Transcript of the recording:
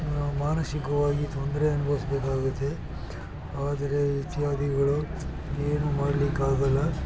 ಮಾನಸಿಕವಾಗಿ ತೊಂದರೆ ಅನುಭವಿಸ್ಬೇಕಾಗುತ್ತೆ ಆದರೆ ಇತ್ಯಾದಿಗಳು ಏನು ಮಾಡ್ಲಿಕ್ಕೆ ಆಗಲ್ಲ